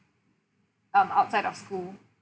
um outside of school